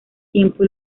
tiempo